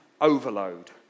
overload